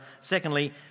Secondly